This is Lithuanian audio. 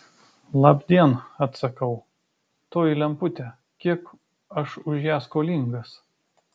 labdien atsakau toji lemputė kiek aš už ją skolingas